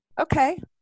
Okay